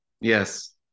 Yes